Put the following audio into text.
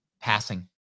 passing